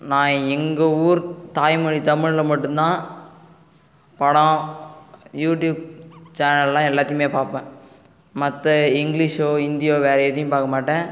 நான் எங்கள் ஊர் தாய்மொழி தமிழில் மட்டுந்தான் படம் யூடியூப் சேனல்லாம் எல்லாத்தையுமே பார்ப்பேன் மற்ற இங்கிலிஷோ ஹிந்தியோ வேறு எதையும் பார்க்க மாட்டேன்